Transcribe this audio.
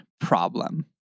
problem